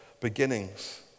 beginnings